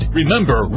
Remember